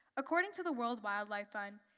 according to the world wildlife fund,